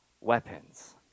weapons